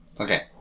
Okay